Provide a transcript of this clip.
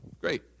Great